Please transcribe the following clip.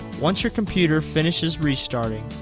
once your computer finishes restarting,